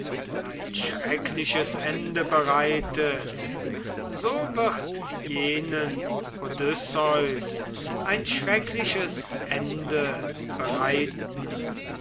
ein schreckliches ende bereitet so wird jenen odysseus ein schreckliches ende bereiten